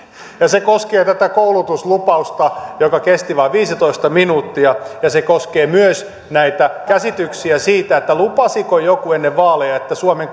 ja se koskee tätä koulutuslupausta joka kesti vain viisitoista minuuttia ja se koskee myös näitä käsityksiä siitä lupasiko joku ennen vaaleja että suomen